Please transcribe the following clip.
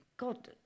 God